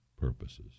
purposes